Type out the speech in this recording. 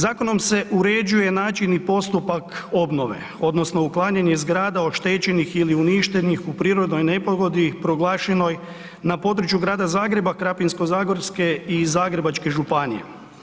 Zakonom se uređuje način i postupak obnove odnosno uklanjanje zgrada oštećenih ili uništenih u prirodnoj nepogodi proglašenoj na području Grada Zagreba, Krapinsko-zagorske i Zagrebačke županije.